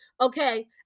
okay